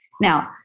Now